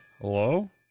hello